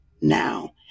now